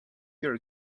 you’re